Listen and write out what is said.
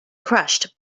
crushed